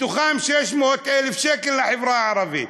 מהם 600,000 לחברה הערבית,